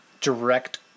direct